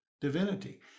divinity